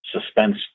suspense